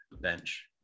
bench